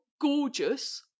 gorgeous